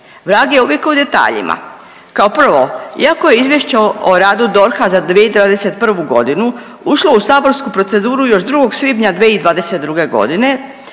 Vrag je uvijek u detaljima. Kao prvo, iako je izvješće o radu DORH-a za 2021. ušlo u saborsku proceduru još 2. svibnja 2022. godine